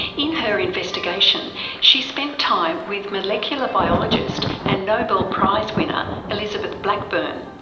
in her investigation she spent time with molecular biologist and nobel prize winner elizabeth blackburn,